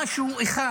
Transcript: משהו אחד,